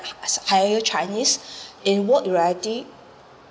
as higher chinese in what variety